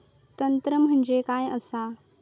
तंत्र म्हणजे काय असा?